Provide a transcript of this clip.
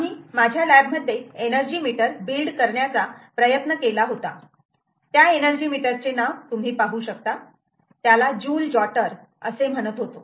आम्ही माझ्या लॅब मध्ये एनर्जी मीटर बिल्ड करण्याचा प्रयत्न केला होता त्या एनर्जी मीटरचे नाव तुम्ही पाहू शकता त्याला जुल जॉटर असे म्हणत होतो